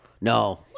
No